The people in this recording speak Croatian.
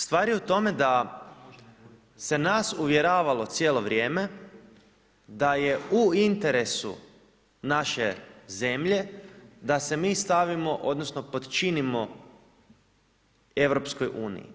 Stvar je u tome, da se nas uvjeravalo cijelo vrijeme, da je u interesu naše zemlje, da se mi stavimo, odnosno, podčinimo EU.